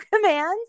commands